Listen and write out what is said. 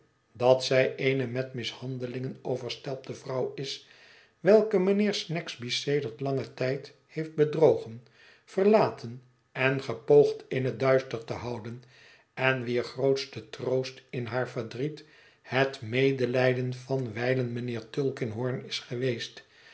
dat zij eene met mishandelingen overstelpte vrouw is welke mijnheer snagsby sedert langen tijd heeft bedrogen verlaten en gepoogd in het duister te houden en wier grootste troost in haar verdriet het medelijden van wijlen mijnheer tulkinghorn is geweest